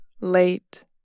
late